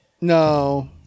no